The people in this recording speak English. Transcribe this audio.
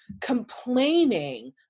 complaining